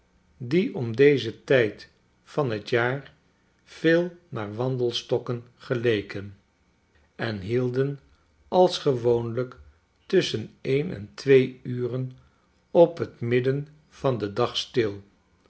die om dezen tijd van het jaar veel naar wandelstokken geleken en hielden als gewooniijk tusschen een en twee uren op het midden van den dag stil